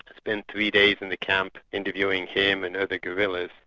spent three days in the camp interviewing him and other guerrillas,